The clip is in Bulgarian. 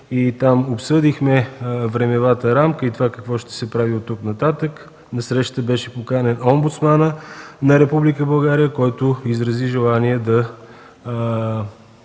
и там обсъдихме времевата рамка и това какво ще се прави оттук нататък. На срещата беше поканен Омбудсманът на Република България, който изрази желание да